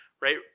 right